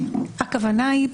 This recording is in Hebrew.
הכוונה היא,